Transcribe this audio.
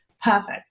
Perfect